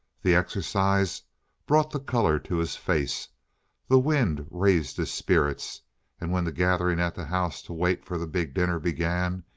the exercise brought the color to his face the wind raised his spirits and when the gathering at the house to wait for the big dinner began,